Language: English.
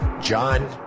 John